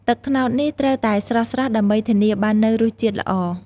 ទឹកត្នោតនេះត្រូវតែស្រស់ៗ ដើម្បីធានាបាននូវរសជាតិល្អ។